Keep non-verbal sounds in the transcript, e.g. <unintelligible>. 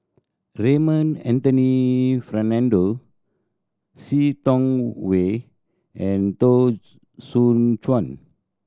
Raymond Anthony Fernando See Tiong Wah and Teo <unintelligible> Soon Chuan